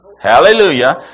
Hallelujah